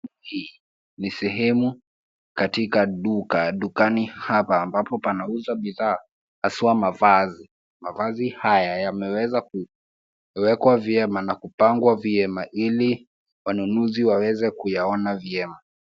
Hii ni sehemu katika duka. Dukani hapa ambapo panauza bidhaa haswaa mavazi. Mavazi haya yameweza kuwekwa vyema na kupangwa vyema ili wanunuzi waweze kuyaona vyema.